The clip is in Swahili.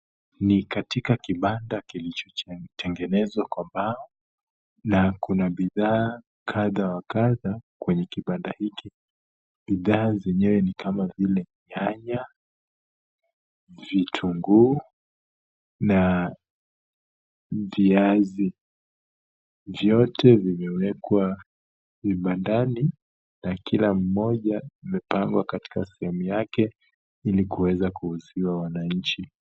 Ni katika kibanda kilichotengenezwa kwa mbao na kuna bidhaa kadha wa kadha kwenye kibanda hiki. Bidhaa zenyewe ni kama vile nyanya, vitunguu na viazi. Vyote vimewekwa vibandani na kila moja imepangwa katika sehemu yake ili kuweza kuuziwa wananchi.